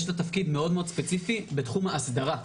יש לה תפקיד מאוד ספציפי בתחום האסדרה.